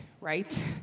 right